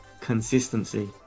Consistency